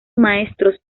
maestros